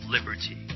Liberty